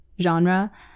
genre